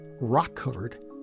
rock-covered